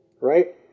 right